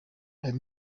ayo